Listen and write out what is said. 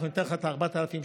אנחנו ניתן לך את ה-4,000 שקל,